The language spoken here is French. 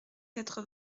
quatre